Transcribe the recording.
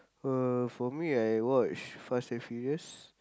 uh for me I watch fast and furious